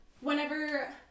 Whenever